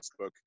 Facebook